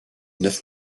neuf